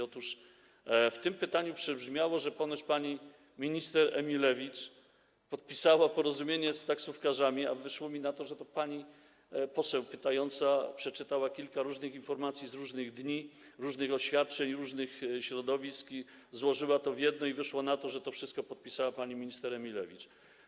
Otóż w tym pytaniu przebrzmiało, że ponoć pani minister Emilewicz podpisała porozumienie z taksówkarzami, a wyszło mi, że pani poseł pytająca przeczytała kilka różnych informacji, z różnych dni, oświadczeń różnych środowisk i złożyła to w jedno i wyszło na to, że to wszystko podpisała pani minister Emilewicz.